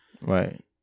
Right